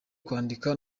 kwandika